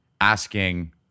asking